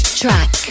track